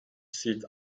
sieht